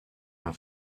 and